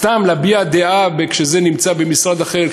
סתם להביע דעה כשזה נמצא במשרד אחר,